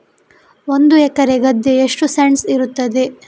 ಒಂದು ಎಕರೆ ಗದ್ದೆ ಎಷ್ಟು ಸೆಂಟ್ಸ್ ಇರುತ್ತದೆ?